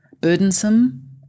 burdensome